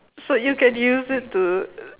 so you can use it to